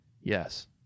Yes